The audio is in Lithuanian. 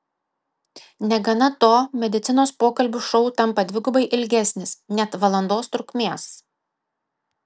negana to medicinos pokalbių šou tampa dvigubai ilgesnis net valandos trukmės